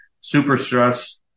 super-stress